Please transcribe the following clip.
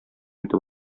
итеп